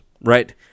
right